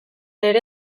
ere